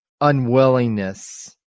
unwillingness